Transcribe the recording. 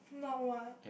not what